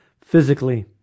Physically